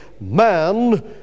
man